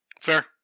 Fair